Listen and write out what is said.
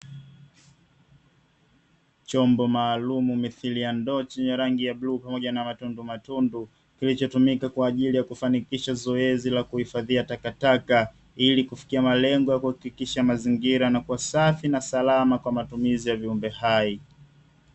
Chombo maalumu mithili ya ndoo chenye rangi ya bluu pamoja na matundu matundu, kilichotumika katika zoezi la kuhifadhia takataka , ili kufika malengo na kuhakikisha mazingira yanakua safi na salama kwa matumizi ya viumbe hai.